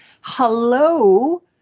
Hello